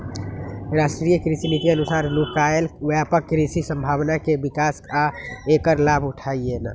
राष्ट्रीय कृषि नीति अनुसार नुकायल व्यापक कृषि संभावना के विकास आ ऐकर लाभ उठेनाई